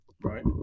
Right